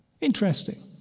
Interesting